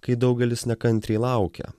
kai daugelis nekantriai laukia